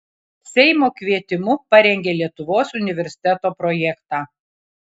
seimo kvietimu parengė lietuvos universiteto projektą